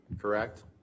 correct